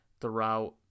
throughout